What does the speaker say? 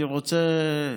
אני רוצה,